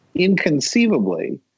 Inconceivably